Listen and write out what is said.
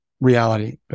reality